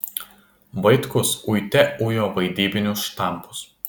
vaitkus uite ujo vaidybinius štampus